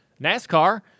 NASCAR